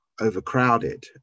overcrowded